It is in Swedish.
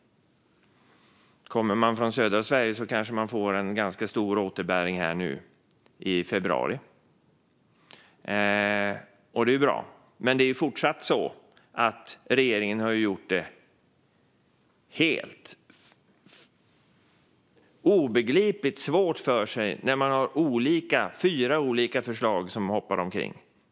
Kommer man från södra Sverige kanske man får en ganska stor återbäring i februari, och det är bra. Men det är fortsatt så att regeringen har gjort det helt obegripligt svårt för sig. Man har fyra olika förslag som hoppar omkring.